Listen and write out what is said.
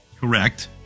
Correct